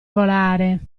volare